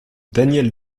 daniel